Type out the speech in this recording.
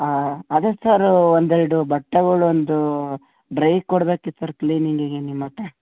ಹಾಂ ಅದೆ ಸರ್ ಒಂದು ಎರಡು ಬಟ್ಟೆಗಳು ಒಂದು ಡ್ರೈ ಕೊಡ್ಬೇಕಿತ್ತು ಸರ್ ಕ್ಲೀನಿಂಗಿಗೆ ನಿಮತ್ರ